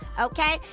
okay